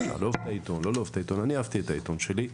אפשר לאהוב את העיתון או לא לאהוב את העיתון אני אהבתי את העיתון שלי.